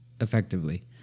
effectively